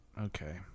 Okay